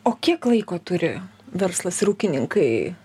o kiek laiko turi verslas ir ūkininkai